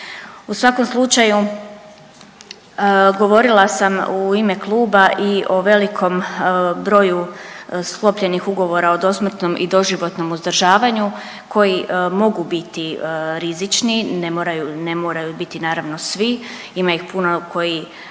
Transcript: U svakom slučaju govorila sam u ime kluba i o velikom broju sklopljenih ugovora o dosmrtnom i doživotnom uzdržavanju koji mogu biti rizični, ne moraju biti naravno svi, ima ih puno koji